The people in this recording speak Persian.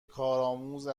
کارآموز